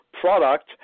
product